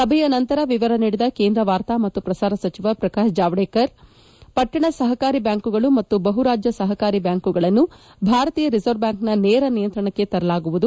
ಸಭೆಯ ನಂತರ ವಿವರ ನೀಡಿದ ಕೇಂದ್ರ ವಾರ್ತಾ ಮತ್ತು ಪ್ರಸಾರ ಸಚಿವ ಪ್ರಕಾಶ್ ಜಾವಡೇಕರ್ ಪಟ್ಟಣ ಸಹಕಾರಿ ಬ್ಯಾಂಕುಗಳು ಮತ್ತು ಬಹು ರಾಜ್ಯ ಸಹಕಾರಿ ಬ್ಯಾಂಕುಗಳನ್ನು ಭಾರತೀಯ ರಿಸರ್ವ್ ಬ್ಯಾಂಕ್ನ ನೇರ ನಿಯಂತ್ರಣಕ್ಕೆ ತರಲಾಗುವುದು